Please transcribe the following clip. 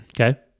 Okay